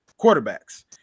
quarterbacks